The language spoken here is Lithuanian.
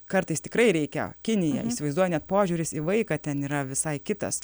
kartais tikrai reikia kinija įsivaizduoju net požiūris į vaiką ten yra visai kitas